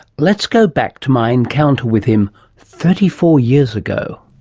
let's go back to my encounter with him thirty four years ago